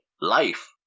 life